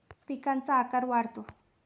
पिकांचा आकार वाढतो